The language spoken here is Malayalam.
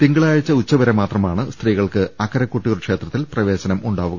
തിങ്കളാഴ്ച ഉച്ചവരെ മാത്രമാണ് സ്ത്രീകൾക്ക് അക്കര കൊട്ടിയൂർ ക്ഷേത്രത്തിൽ പ്രവേശനമുണ്ടാകുക